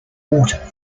water